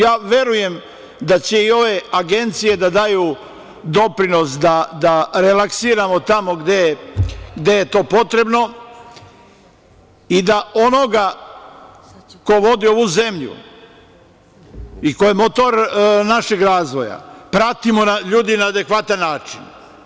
Ja verujem da će i ove agencije da daju doprinos da relaksiramo tamo gde je to potrebno i da onoga ko vodi ovu zemlju i koji je motor našeg razvoja, pratimo na adekvatan način.